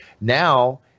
Now